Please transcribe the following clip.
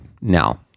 Now